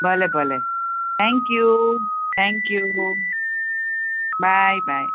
ભલે ભલે thank you thank you bye by